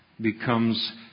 becomes